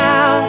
Now